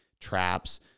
traps